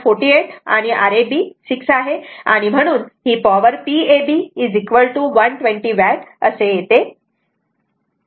48 आणि Rab 6 म्हणून Pab 120 watt येते